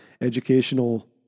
educational